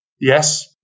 yes